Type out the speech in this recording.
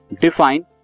define